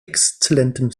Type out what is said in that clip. exzellentem